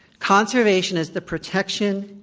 conservation is the protection,